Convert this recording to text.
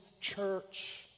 church